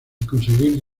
conseguir